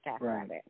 Right